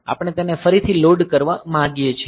આપણે તેને ફરીથી લોડ કરવા માંગીએ છીએ